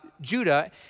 judah